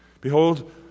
Behold